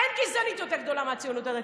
אין גזענית יותר גדולה מהציונות הדתית.